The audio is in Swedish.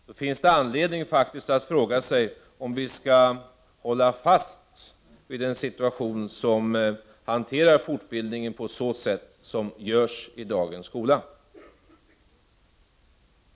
Då finns det faktiskt anledning att fråga sig om vi skall hålla fast vid en sådan hantering av fortbildningen — för så är det ju i dagens skola.